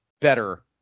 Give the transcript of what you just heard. better